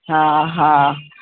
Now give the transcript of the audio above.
हा हा